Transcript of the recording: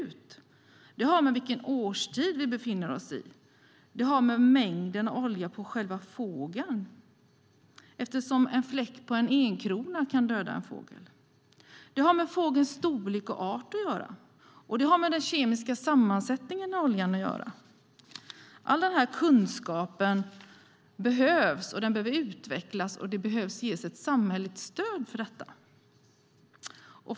Det har att göra med vilken årstid vi befinner oss i. Det har att göra med mängden olja på själva fågeln, eftersom en fläck så stor som en enkrona kan döda en fågel. Det har att göra med fågelns storlek och art. Det har att göra med den kemiska sammansättningen i oljan. All denna kunskap behövs, den behöver utvecklas och det behöver ges ett samhälleligt stöd till detta.